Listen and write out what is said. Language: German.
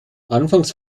anfangs